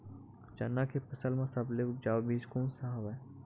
चना के फसल म सबले उपजाऊ बीज कोन स हवय?